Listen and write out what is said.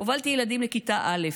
הובלתי ילדים לכיתה א'.